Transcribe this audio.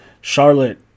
Charlotte